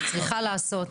צריכה לעשות.